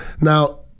Now